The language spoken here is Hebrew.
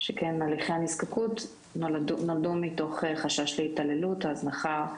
שכן הליכי הנזקקות נולדו מתוך חשש להתעללות או הזנחה,